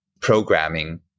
programming